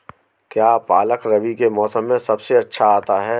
क्या पालक रबी के मौसम में सबसे अच्छा आता है?